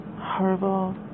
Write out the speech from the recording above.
horrible